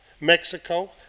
Mexico